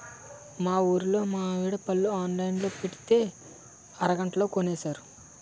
మా ఊరులో మావిడి పళ్ళు ఆన్లైన్ లో పెట్టితే అరగంటలో కొనేశారు